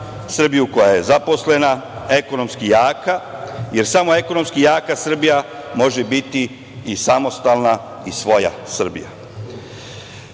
Srbiju koja je zaposlena, ekonomski jaka, jer samo ekonomski jaka Srbija može biti i samostalna i svoja Srbija. Zato